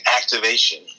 activation